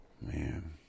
man